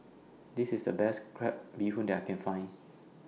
This IS The Best Crab Bee Hoon that I Can Find